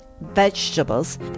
vegetables